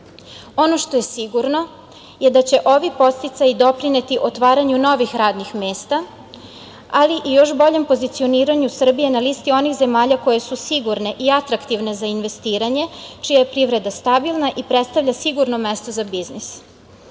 što je sigurno je da će ovi podsticaji doprineti otvaranju novih radnih mesta, ali i još boljem pozicioniranju Srbije na listi onih zemalja koje su sigurne i atraktivne za investiranje, čija je privreda stabilna i predstavlja sigurno mesto za biznis. Ovaj